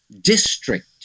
district